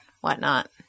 whatnot